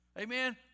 Amen